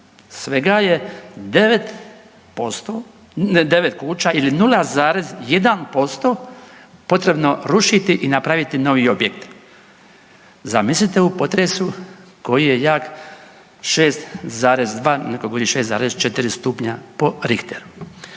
svega je 9%, 9 kuća ili 0,1% potrebno rušiti i napraviti novi objekt. Zamislite u potresu koji je jak 6,2, neko govori 6,4 stupnja po Richteru.